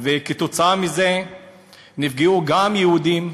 וכתוצאה מזה נפגעו גם יהודים.